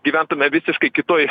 gyventume visiškai kitoj